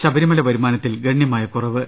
ശബരി മല വരുമാനത്തിൽ ഗണ്യമായ കുറവ്